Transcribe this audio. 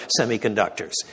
semiconductors